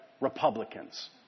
Republicans